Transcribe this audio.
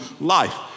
life